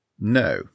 No